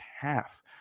half